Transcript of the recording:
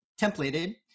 templated